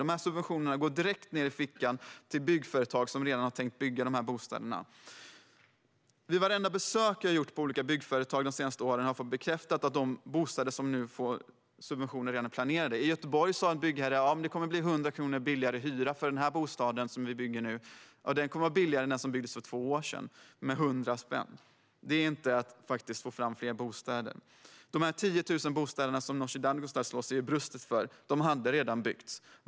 Dessa subventioner går direkt ned i fickan på byggföretag som redan har tänkt bygga dessa bostäder. Vid vartenda besök som jag har gjort på olika byggföretag under de senaste åren har jag fått bekräftat att de bostäder som nu får subventioner redan är planerade. I Göteborg sa en byggherre att det kommer att bli 100 kronor lägre hyra för en bostad som man nu bygger. Ja, den kommer att vara 100 spänn billigare än den som byggdes för två år sedan. Det är inte att faktiskt få fram fler bostäder. De 10 000 bostäder som Nooshi Dadgostar slår sig för bröstet för hade redan byggts.